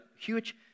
huge